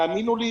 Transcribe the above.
האמינו לי,